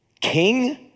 king